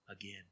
again